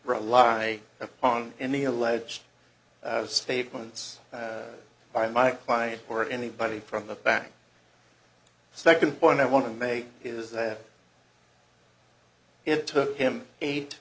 rely upon any alleged statements by my client or anybody from the back second point i want to make is that it took him eight